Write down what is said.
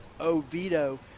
Oviedo